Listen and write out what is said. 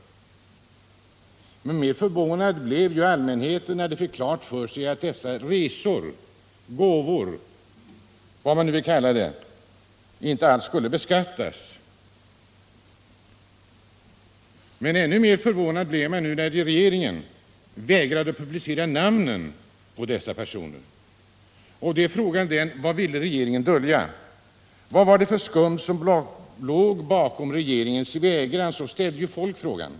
Men mer förvånad blev allmänheten när den fick klart för sig att dessa resor — gåvor eller vad man nu vill kalla det — inte skulle beskattas. Förvåningen blev ännu större när regeringen vägrade publicera namnen på dessa personer. Man frågade sig: Vad ville regeringen dölja? Vad var det för skumt som låg bakom regeringens vägran?